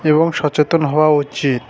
এবং সচেতন হওয়া উচিত